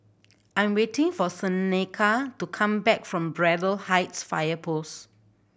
I'm waiting for Seneca to come back from Braddell Heights Fire Post